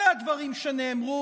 אלה הדברים שנאמרו,